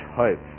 hope